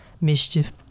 mischief